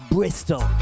Bristol